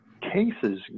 cases